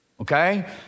okay